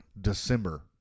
December